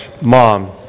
mom